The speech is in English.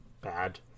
bad